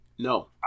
No